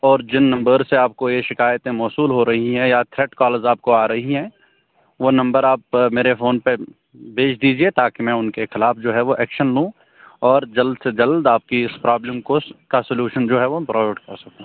اور جن نمبر سے آپ کو یہ شکایتیں موصول ہو رہی ہیں یا تھریٹ کالز آپ کو آ رہی ہیں وہ نمبر آپ میرے فون پہ بھیج دیجیے تاکہ میں ان کے خلاف جو ہے وہ ایکشن لوں اور جلد سے جلد آپ کی اس پرابلم کو کا سلوشن جو ہے وہ کر سکوں